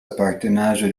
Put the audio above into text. apartenaĵo